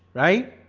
right?